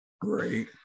Great